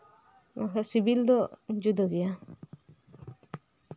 ᱥᱤᱵᱤᱞ ᱫᱚ ᱡᱩᱫᱟᱹ ᱜᱮᱭᱟ